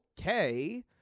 okay